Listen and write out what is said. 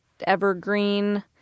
evergreen